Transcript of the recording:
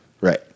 Right